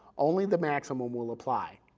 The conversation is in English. only the maximum will apply.